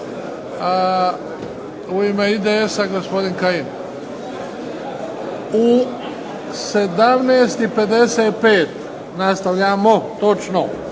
U 17 i 55 nastavljamo točno.